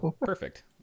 Perfect